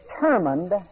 determined